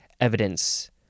evidence